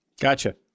Gotcha